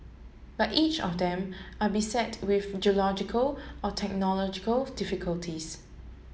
but each of them are beset with geological or technological difficulties